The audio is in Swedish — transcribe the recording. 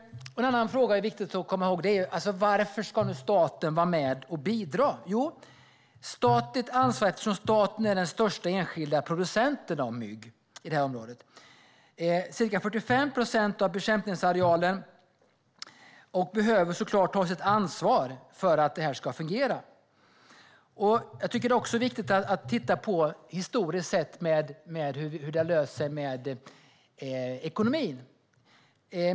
En annan fråga som är viktig att komma ihåg är varför staten ska vara med och bidra. Jo, staten har ett ansvar eftersom staten är den största enskilda producenten av mygg i det här området. Man innehar ca 45 procent av bekämpningsarealen och behöver såklart ta sitt ansvar för att det här ska fungera. Det är också viktigt att titta på hur det historiskt sett har löst sig med ekonomin.